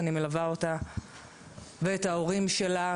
אני מלווה אותה ואת ההורים שלה,